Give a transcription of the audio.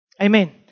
Amen